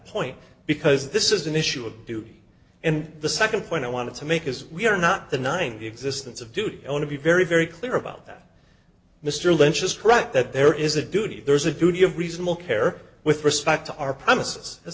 point because this is an issue of duty and the nd point i want to make is we are not the nine existence of dude i want to be very very clear about that mr lynch is correct that there is a duty there is a duty of reasonable care with respect to our premises